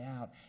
out